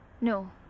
No